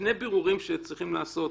שני בירורים שצריכים לעשות